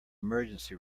emergency